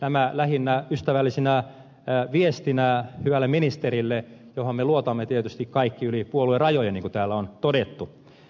nämä lähinnä ystävällisenä viestinä hyvälle ministerille johon me luotamme tietysti kaikki yli puoluerajojen niin kuin täällä on todettu